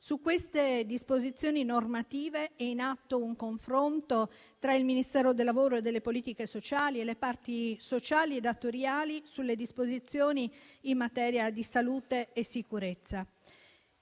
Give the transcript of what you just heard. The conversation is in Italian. Su queste disposizioni normative è in atto un confronto tra il Ministero del lavoro e delle politiche sociali e le parti sociali e datoriali sulle disposizioni in materia di salute e sicurezza.